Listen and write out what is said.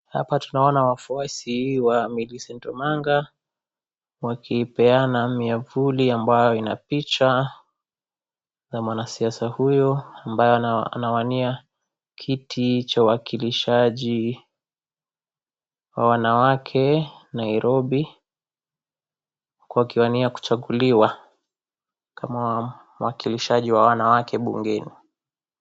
Hapa tunaona wafuasi wa Millicent Omanga, wakipeana miavuli ambayo ina picha ya mwanasiasa huyu ambaye anawania kiti cha uwakilishaji wa wanawake Nairobi , huku akiwania kuchaguliuwa kama mwakilishaji wa wanawake mbungeni .